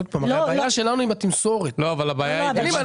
עוד פעם, הרי הבעיה שלנו עם התמסורת.